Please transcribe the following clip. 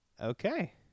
Okay